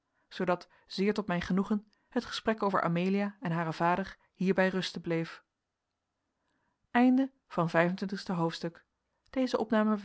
zoodat zeer tot mijn genoegen het gesprek over amelia en haren vader hierbij rusten bleef zes-en-twintigste hoofdstuk